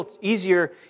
easier